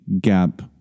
Gap